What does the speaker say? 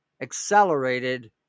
accelerated